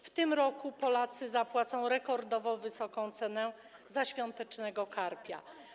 W tym roku Polacy zapłacą rekordowo wysoką cenę za świątecznego karpia.